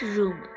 Room